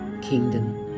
Kingdom